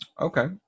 Okay